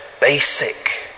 basic